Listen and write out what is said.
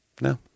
no